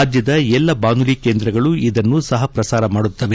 ರಾಜ್ಯದ ಎಲ್ಲಾ ಬಾನುಲಿ ಕೇಂದ್ರಗಳು ಇದನ್ನು ಸಹ ಪ್ರಸಾರ ಮಾಡುತ್ತವೆ